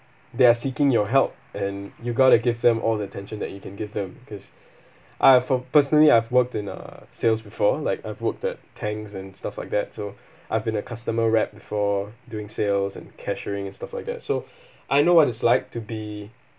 they are seeking your help and you've got to give them all the attention that you can give them because I have work personally I've worked in uh sales before like I've worked at Tangs and stuff like that so I've been a customer rep before doing sales and cashiering and stuff like that so I know what it's like to be